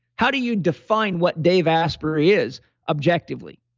how do you define what dave asprey is objectively?